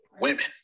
women